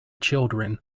children